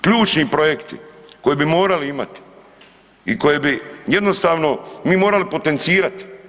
Ključni projekti koje bi morali imati i koje bi jednostavno mi morali potencirati.